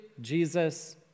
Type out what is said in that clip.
jesus